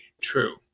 true